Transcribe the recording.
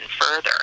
further